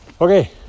okay